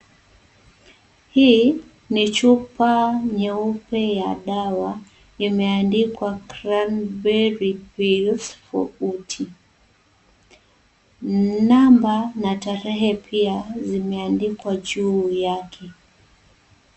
Hii ni chupa nyeupe ya dawa. Imeandikwa Cranberry pills for UTI . Namba na tarehe pia zimeandikwa juu yake.